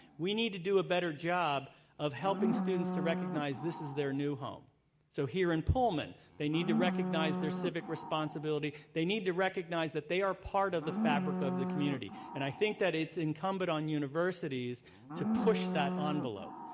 we need to do a better job of helping students to recognize this is their new home so here in pullman they need to recognize their civic responsibility. they need to recognize that they are part of the fabric of the community. and i think it's incumbent on universities to push that um envelope.